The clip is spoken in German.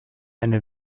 eine